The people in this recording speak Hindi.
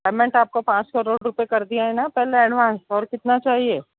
पेमेन्ट आपको पाँच करोड़ रुपए कर दिया है ना पहले एडवांस और कितना चाहिए